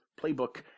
playbook